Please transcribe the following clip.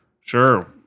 sure